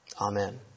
amen